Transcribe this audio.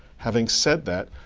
having said that,